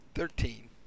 Thirteen